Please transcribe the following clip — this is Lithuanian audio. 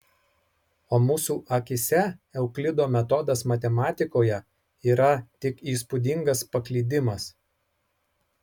o mūsų akyse euklido metodas matematikoje yra tik įspūdingas paklydimas